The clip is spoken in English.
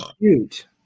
cute